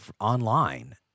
online